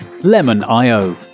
Lemon.io